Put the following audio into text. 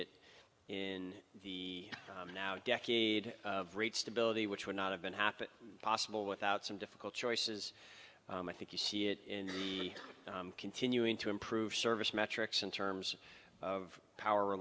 it in the now decade of rate stability which would not have been happened possible without some difficult choices and i think you see it in the continuing to improve service metrics in terms of power